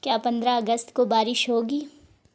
کیا پندرہ اگست کو بارش ہوگی